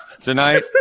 tonight